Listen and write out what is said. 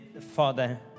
Father